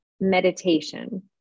meditation